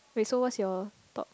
wait so what's your top